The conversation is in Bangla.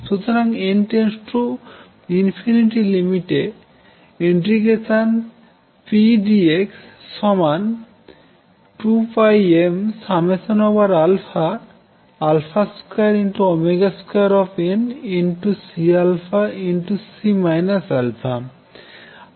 সুতরাং n → ∞লিমিটে ∫pdx 2πm22CC α